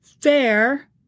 fair